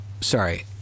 Sorry